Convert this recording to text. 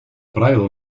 правила